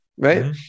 right